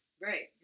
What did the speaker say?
Right